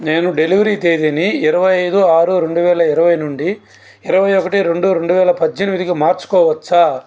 నేను డెలివరీ తేదీని ఇరవై ఐదు ఆరు రెండు వేల ఇరవై నుండి ఇరవై ఒకటి రెండు రెండువేల పద్దెనిమిదికి మార్చుకోవచ్చా